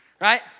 right